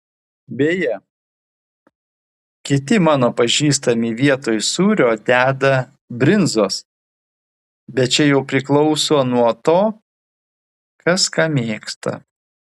beje kiti mano pažįstami vietoj sūrio deda brinzos bet čia jau priklauso nuo to kas ką mėgsta